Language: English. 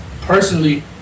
Personally